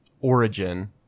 origin